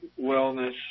wellness